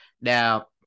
Now